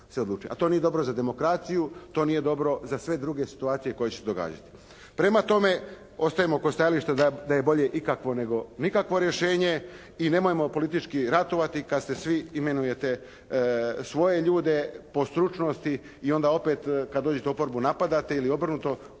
a to nije dobro za demokraciju, to nije dobro za sve druge situacije koje će se događati. Prema tome ostanimo kod stajališta da je bolje ikakvo nego nikakvo rješenje i nemojmo politički ratovati kada svi imenujete svoje ljude po stručnosti i onda opet kada dođete u oporbu napadate ili obrnuto.